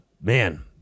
Man